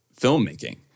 filmmaking